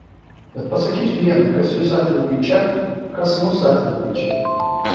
bet pasakysiu viena kas jus atvedė į čia kas mus atvedė į čia